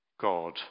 God